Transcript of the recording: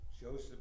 Joseph